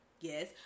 Yes